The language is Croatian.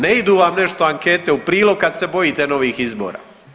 Ne idu vam nešto ankete u prilog kad se bojite novih izbora.